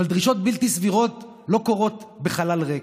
אבל דרישות בלתי סבירות לא קורות בחלל ריק,